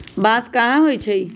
बांस कहाँ होई छई